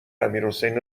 امیرحسین